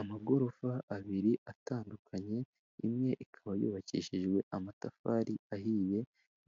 Amagorofa abiri atandukanye, imwe ikaba yubakishijwe amatafari ahiye